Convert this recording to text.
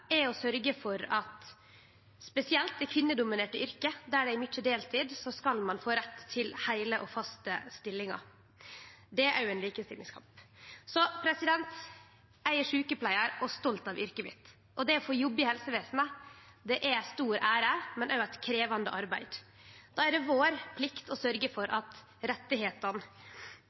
å sørgje for at spesielt i kvinnedominerte yrke, der det er mykje deltid, skal ein få rett til heile og faste stillingar. Det er òg ein likestillingskamp. Eg er sjukepleiar og stolt av yrket mitt, og det å få jobbe i helsevesenet er ei stor ære, men òg eit krevjande arbeid. Da er det vår plikt å sørgje for at